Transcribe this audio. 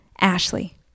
Ashley